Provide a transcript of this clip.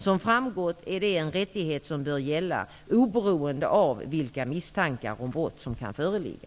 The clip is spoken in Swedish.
Som framgått är det en rättighet som bör gälla oberoende av vilka misstankar om brott som kan föreligga.